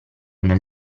nel